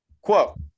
quote